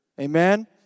Amen